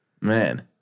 Man